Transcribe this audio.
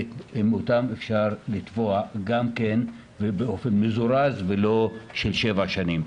ואם אפשר לתבוע אותן באופן מזורז ולא להמתין שבע שנים.